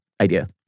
idea